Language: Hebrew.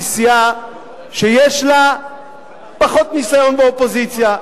שהיא סיעה שיש לה פחות ניסיון באופוזיציה,